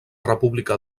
república